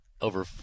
over